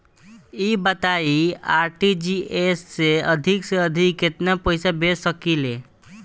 ई बताईं आर.टी.जी.एस से अधिक से अधिक केतना पइसा भेज सकिले?